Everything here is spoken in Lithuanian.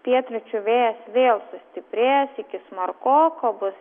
pietryčių vėjas vėl sustiprės iki smarkoko bus